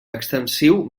extensiu